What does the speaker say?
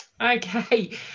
Okay